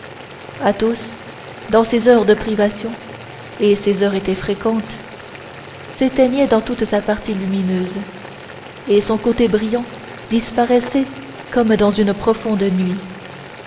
morale athos dans ses heures de privation et ces heures étaient fréquentes s'éteignait dans toute sa partie lumineuse et son côté brillant disparaissait comme dans une profonde nuit